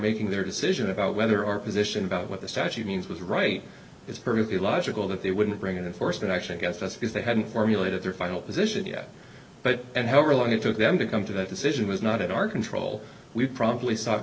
making their decision about whether our position about what the statute means was right it's perfectly logical that they wouldn't bring it in force and actually i guess that's because they hadn't formulated their final position yet but and however long it took them to come to that decision was not in our control we probably sought